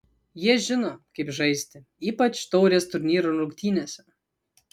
jie žino kaip žaisti ypač taurės turnyro rungtynėse